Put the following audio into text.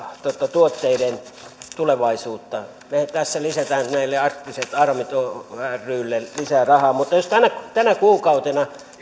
tuotteiden tulevaisuutta me tässä lisäämme tälle arktiset aromit rylle lisää rahaa mutta jos tänä kuukautena